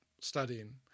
studying